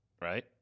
right